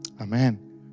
Amen